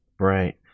Right